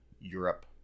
Europe